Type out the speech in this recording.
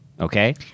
Okay